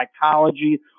psychology